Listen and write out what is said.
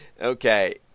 okay